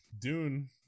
Dune